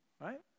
right